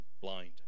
blind